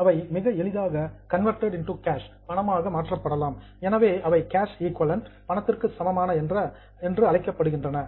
அவை மிக எளிதாக கன்வெர்ட்டட் இன்டூ கேஷ் பணமாக மாற்றப்படலாம் எனவே அவை கேஷ் ஈகொலன்ட் பணத்திற்கு சமமான என அழைக்கப்படுகின்றன